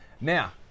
Now